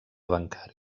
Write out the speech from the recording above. bancari